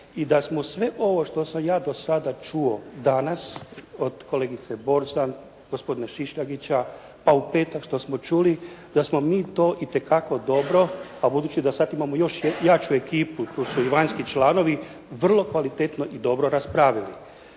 i da smo sve ovo što sam ja do sada čuo danas od kolegice Borzan, gospodina Šišljagića, pa u petak što smo čuli da smo mi to itekako dobro, pa budući da sada imamo još jaču ekipu tu su i vanjski članovi, vrlo kvalitetno i dobro raspravili.